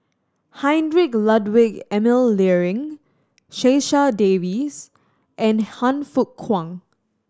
Heinrich Ludwig Emil Luering Checha Davies and Han Fook Kwang